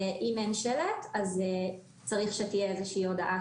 ואם אין שלט צריך שתהיה איזה שהיא הודעה